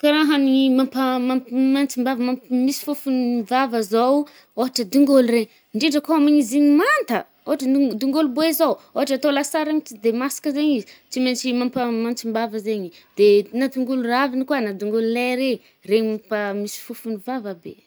Kà raha ny mapaha-mampimantsim-bava mamp-misy fôfognin’ny vava zaoo. Ôhatra dingolo regny, ndrindra kô amin’izy igny manta a, ôhatra dingo-dingolo be zaoo, ôhatra atô lasary regny tsy de masaka zaigny izy, tsy maitsy mampa mantsim-bava zaigny. De na dingolo raviny koà na dingolo lay regny, regny mampa-misy fofogny vava be.